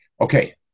Okay